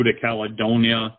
Caledonia